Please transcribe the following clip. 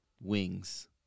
Wings